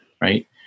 right